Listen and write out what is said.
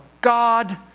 God